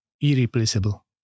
irreplaceable